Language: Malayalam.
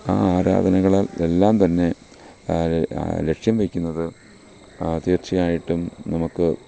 ആ ആരാധനകളാൽ എല്ലാം തന്നെ ല ലക്ഷ്യം വയ്ക്കുന്നത് തീർച്ചയായിട്ടും നമുക്ക്